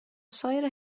سایر